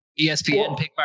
ESPN